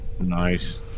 Nice